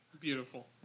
Beautiful